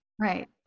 right